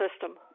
system